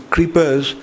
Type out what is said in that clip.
Creepers